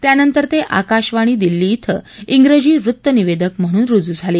त्यानंतर ते आकाशवाणी दिल्ली धिं धिं धिजी वृत्तनिवेदक म्हणून रुजू झाले